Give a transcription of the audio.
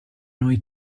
noi